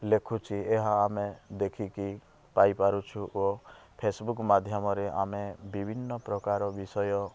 ଲେଖୁଛି ଏହା ଆମେ ଦେଖିକି ପାଇପାରୁଛୁ ଓ ଫେସବୁକ୍ ମାଧ୍ୟମରେ ଆମେ ବିଭିନ୍ନ ପ୍ରକାର ବିଷୟ